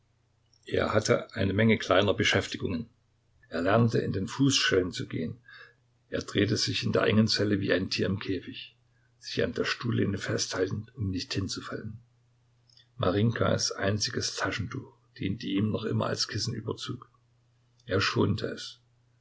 er hatte eine menge kleiner beschäftigungen er lernte in den fußschellen zu gehen er drehte sich in der engen zelle wie ein tier im käfig sich an der stuhllehne festhaltend um nicht hinzufallen marinjkas einziges taschentuch diente ihm noch immer als kissenüberzug er schonte es